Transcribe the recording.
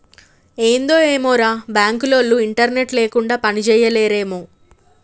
ఏందో ఏమోరా, బాంకులోల్లు ఇంటర్నెట్ లేకుండ పనిజేయలేరేమో